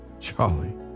Charlie